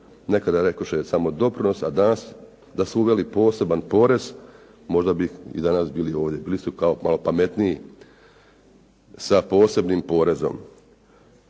nekada rekoše samo doprinos, a danas da su uveli posebni porez možda bi i danas bili ovdje, bili su kao malo pametniji sa posebnim porezom.